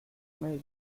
nail